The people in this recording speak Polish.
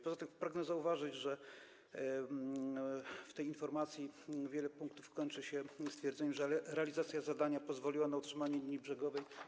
Poza tym pragnę zauważyć, że w tej informacji wiele punktów kończy się stwierdzeniem, że realizacja zadania pozwoliła na utrzymanie linii brzegowej.